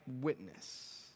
witness